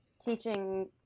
teaching